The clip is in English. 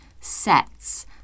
sets